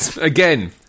Again